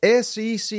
SEC